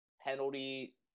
penalty